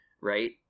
Right